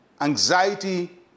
anxiety